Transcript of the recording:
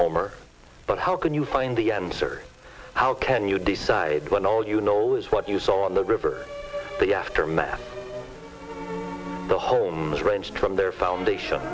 homer but how can you find the answer how can you decide when all you know is what you saw in the river the aftermath the homes range from their foundation